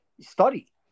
study